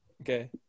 okay